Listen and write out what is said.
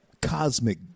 cosmic